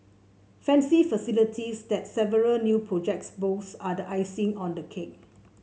fancy facilities that several new projects boast are the icing on the cake